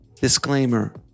Disclaimer